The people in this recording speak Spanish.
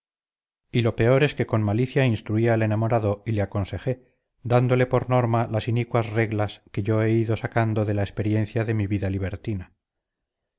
y lo peor es que con malicia instruí al enamorado y le aconsejé dándole por norma las inicuas reglas que yo he ido sacando de la experiencia de mi vida libertina